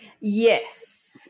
Yes